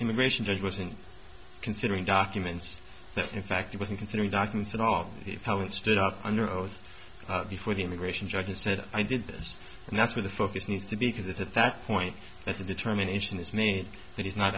immigration judge was in considering documents that in fact he wasn't considering documents at all they haven't stood up under oath before the immigration judge has said i did this and that's where the focus needs to be because it's at that point that the determination this me that he's not